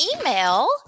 email